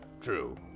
True